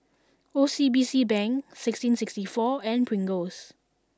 O C B C Bank sixteen sixty four and Pringles